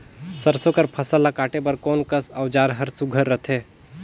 सरसो कर फसल ला काटे बर कोन कस औजार हर सुघ्घर रथे?